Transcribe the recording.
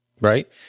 right